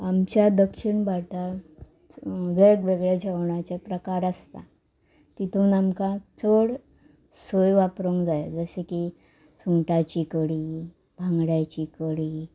आमच्या दक्षीण भारतांत वेगवेगळ्या जेवणाचे प्रकार आसता तितून आमकां चड सय वापरूंक जाय जशें की सुंगटाची कडी भांगड्याची कडी